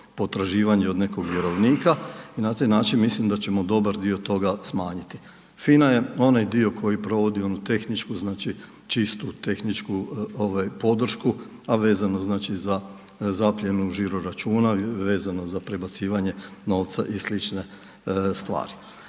potraživanje od nekog vjerovnika i na taj način mislim da ćemo dobar dio toga smanjiti. FINA je onaj dio koji provodi onu tehničku, čistu tehničku podršku, a vezano za zapljenu žiro-računa, vezano za prebacivanje novca i slične stvari.